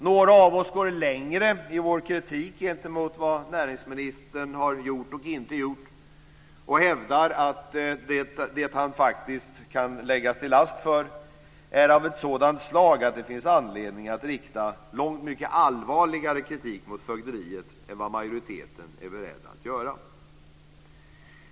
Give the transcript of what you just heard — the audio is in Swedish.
Några av oss går längre i vår kritik gentemot vad näringsministern har gjort och inte gjort och hävdar att det han faktiskt kan läggas till last är av ett sådant slag att det finns anledning att rikta långt mycket allvarligare kritik mot fögderiet än vad majoriteten är beredd att göra.